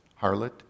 harlot